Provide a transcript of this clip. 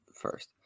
first